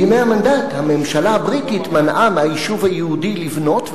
בימי המנדט הממשלה הבריטית מנעה מהיישוב היהודי לבנות,